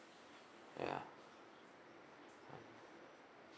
ya